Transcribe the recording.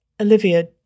Olivia